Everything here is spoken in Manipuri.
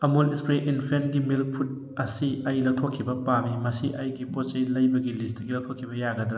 ꯑꯃꯨꯜ ꯏꯁꯄ꯭ꯔꯦ ꯏꯟꯐꯦꯟꯒꯤ ꯃꯤꯜꯛ ꯐꯨꯗ ꯑꯁꯤ ꯑꯩ ꯂꯧꯊꯣꯛꯈꯤꯕ ꯄꯥꯝꯃꯤ ꯃꯁꯤ ꯑꯩꯒꯤ ꯄꯣꯠꯆꯩ ꯂꯩꯕꯒꯤ ꯂꯤꯁꯇꯒꯤ ꯂꯧꯊꯣꯛꯈꯤꯕ ꯌꯥꯒꯗ꯭ꯔꯥ